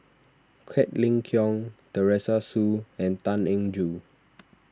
Quek Ling Kiong Teresa Hsu and Tan Eng Joo